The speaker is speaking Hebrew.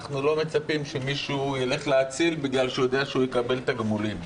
אנחנו לא מצפים שמישהו ילך להציל בגלל שהוא יודע שהוא יקבל תגמולים.